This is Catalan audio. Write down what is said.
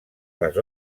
les